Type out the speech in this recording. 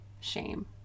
Shame